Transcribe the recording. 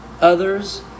others